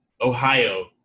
Ohio